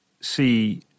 see